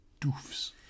doofs